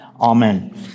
Amen